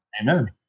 Amen